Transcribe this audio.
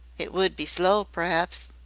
it would be slow p'raps.